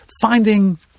finding